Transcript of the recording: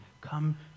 Come